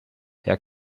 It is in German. herr